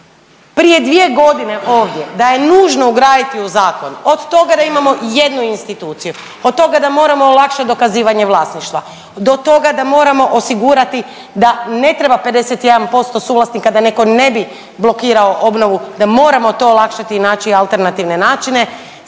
prije dvije godine ovdje da je nužno ugraditi u zakon od toga da imamo jednu instituciju, od toga da moramo olakšat dokazivanje vlasništva, do toga da moramo osigurati da ne treba 51% suvlasnika da neko ne bi blokirao obnovu da moramo to olakšati i naći alternativne načine,